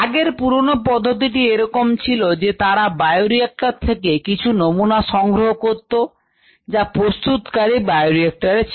আগের পুরনো পদ্ধতিটি এরকম ছিল যে তারা বায়োরিক্টর থেকে কিছু নমুনা সংগ্রহ করত যা প্রস্তুতকারী বায়োরিক্টর ছিল